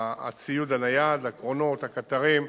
שהציוד, על היעד, לקרונות, הקטרים,